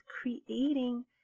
creating